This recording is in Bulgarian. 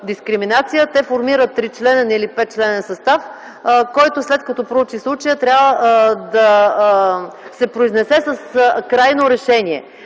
те формират 3-членен или 5-членен състав, който след проучване на случая трябва да се произнесе с крайно решение.